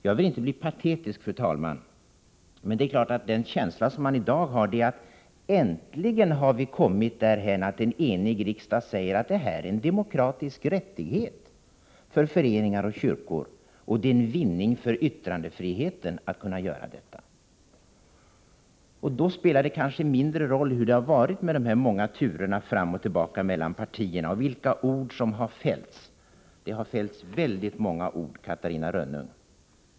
Jag vill inte bli patetisk, fru talman, men det är klart att den känsla som mani dag har är att vi äntligen har kommit därhän att en enig riksdag säger att det är en demokratisk rättighet för föreningar och kyrkor att sända program i radio och att det är en vinning för yttrandefriheten att de kan göra detta. Då spelar det kanske mindre roll hur det har varit med de många turerna fram och tillbaka mellan partierna och vilka ord som har fällts. Det har fällts väldigt många ord, Catarina Rönnung.